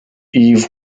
eve